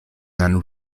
then